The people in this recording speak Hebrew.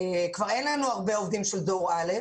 כבר אין לנו הרבה עובדים של דור א'.